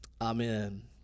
Amen